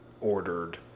ordered